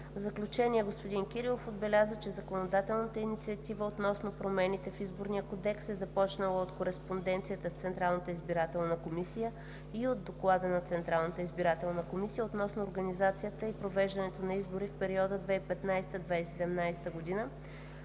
заключение господин Кирилов отбеляза, че законодателната инициатива относно промените в Изборния кодекс е започнала от кореспонденция с Централната избирателна комисия и от Доклада на Централната избирателна комисия относно организацията и произвеждането на избори в периода 2015 – 2017 г.,